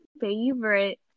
favorite